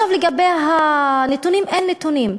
לגבי הנתונים, אין נתונים.